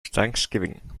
thanksgiving